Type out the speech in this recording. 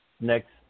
next